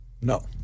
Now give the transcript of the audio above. No